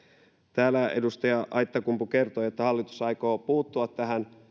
täällä edustaja aittakumpu kertoi että hallitus aikoo puuttua tähän